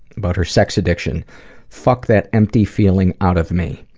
about her sex addiction fuck that empty feeling out of me.